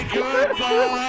goodbye